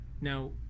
Now